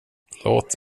låt